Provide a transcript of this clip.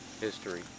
history